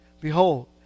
behold